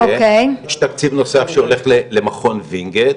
יש תקציב נוסף שהולך למכון וינגייט,